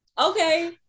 Okay